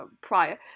prior